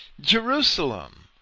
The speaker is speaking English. Jerusalem